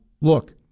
Look